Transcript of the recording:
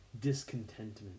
discontentment